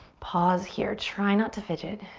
pause here. try not to fidget.